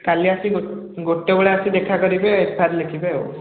କାଲି ଆସି ଗୋ ଗୋଟେ ବେଳେ ଆସି ଦେଖା କରିବେ ଏଫ ଆଇ ଆର୍ ଲେଖିବେ